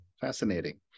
Fascinating